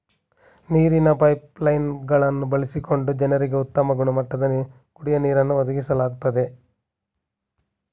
ನೀರಿನ pipeline ಗಳನ್ನು ಬಳಸಿಕೊಂಡು ಜನರಿಗೆ ಉತ್ತಮ ಗುಣಮಟ್ಟದ ಕುಡಿಯೋ ನೀರನ್ನು ಒದಗಿಸ್ಲಾಗ್ತದೆ